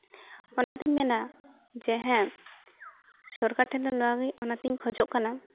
ᱚᱱᱟᱛᱮᱧ ᱢᱮᱱᱟ ᱡᱮ ᱦᱮᱸ ᱥᱚᱨᱠᱟᱨ ᱴᱷᱮᱱ ᱫᱚ ᱱᱚᱣᱟᱜᱮ ᱚᱱᱟᱜᱮᱧ ᱠᱷᱚᱡᱚᱜ ᱠᱟᱱᱟ